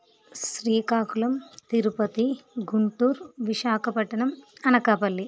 Srikakulam Tirupati Guntur Visakhapatnam Anakapalli